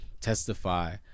testify